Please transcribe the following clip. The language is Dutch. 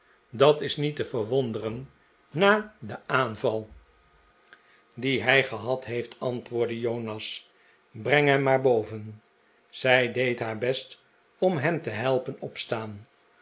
dat is niet te verwonderen na den aanval dien hij gehad heeft antwoordde jonas breng hem maar naar boven zij deed haar best om hem te helpen opstaan